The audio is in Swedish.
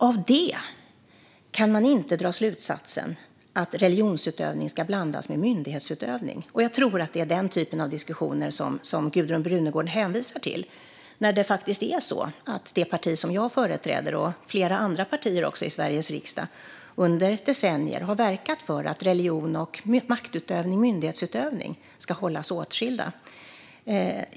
Av det kan man inte dra slutsatsen att religionsutövning ska blandas med myndighetsutövning. Jag tror att det är den typen av diskussion som Gudrun Brunegård hänvisar till. Det är faktiskt så att det parti som jag företräder och flera andra partier i Sveriges riksdag under decennier har verkat för att religion och maktutövning, myndighetsutövning, ska hållas åtskilda.